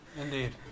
Indeed